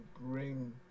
bring